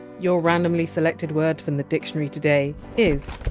your randomly selected word from the dictionary today is!